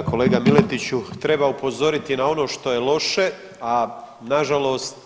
Da kolega Miletiću treba upozoriti na ono što je loše, a na žalost